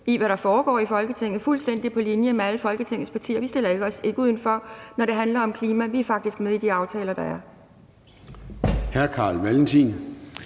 i, hvad der foregår i Folketinget, fuldstændig på linje med alle andre af Folketingets partier. Vi stiller os ikke udenfor, når det handler om klima. Vi er faktisk med i de aftaler, der er.